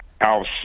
house